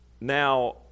now